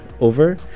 over